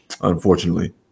unfortunately